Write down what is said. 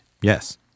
Yes